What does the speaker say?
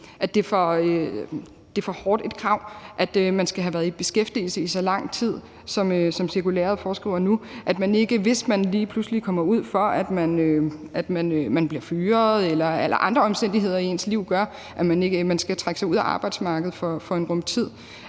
at det er for hårdt et krav, at man skal have været i beskæftigelse i så lang tid, som cirkulæret foreskriver nu, og at man ikke – hvis man lige pludselig kommer ud for, at man bliver fyret, eller andre omstændigheder i ens liv gør, at man skal trække sig ud af arbejdsmarkedet i en rum tid